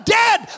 dead